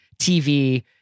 TV